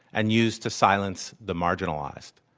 and used to silence the marginalized.